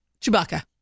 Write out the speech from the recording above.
Chewbacca